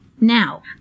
Now